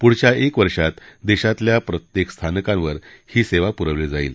पुढच्या एक वर्षात देशातल्या प्रत्येक स्थानकांवर ही सेवा पुरवली जाईल